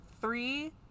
Three